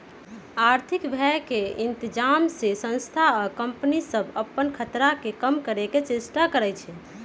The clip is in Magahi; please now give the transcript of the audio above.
आर्थिक भय के इतजाम से संस्था आ कंपनि सभ अप्पन खतरा के कम करए के चेष्टा करै छै